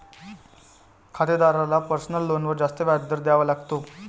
खातेदाराला पर्सनल लोनवर जास्त व्याज दर द्यावा लागतो